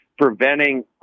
preventing